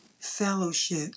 fellowship